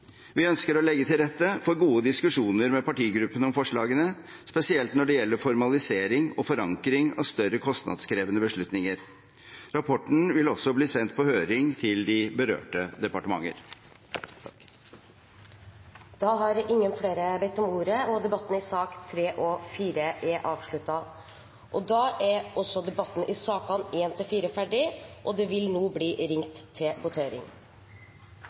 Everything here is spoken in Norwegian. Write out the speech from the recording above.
Vi ønsker å legge til rette for gode diskusjoner med partigruppene om forslagene, spesielt når det gjelder formalisering og forankring av større og kostnadskrevende beslutninger. Rapporten vil også bli sendt på høring til de berørte departementer. Flere har ikke bedt om ordet til sakene nr. 3 og 4. Da er Stortinget klar til å gå til votering. Under debatten er det satt frem i alt fire forslag. Det